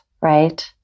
right